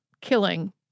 killing